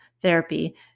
therapy